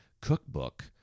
cookbook